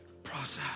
Process